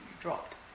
drop